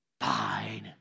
fine